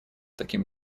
таким